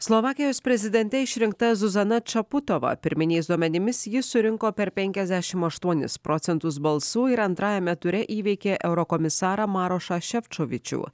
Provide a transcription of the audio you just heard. slovakijos prezidente išrinkta zuzana čaputova pirminiais duomenimis ji surinko per penkiasdešimt aštuonis procentus balsų ir antrajame ture įveikė eurokomisarą marošą šefčovičių